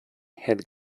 had